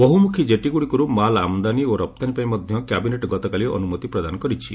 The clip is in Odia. ବହୁମୁଖୀ ଜେଟୀଗୁଡ଼ିକରୁ ମାଲ୍ ଆମଦାନୀ ଓ ରପ୍ତାନୀ ପାଇଁ ମଧ୍ୟ କ୍ୟାବିନେଟ୍ ଗତକାଲି ଅନୁମତି ପ୍ରଦାନ କରିଛି